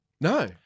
No